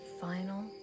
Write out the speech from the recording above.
final